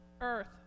earth